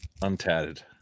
Untatted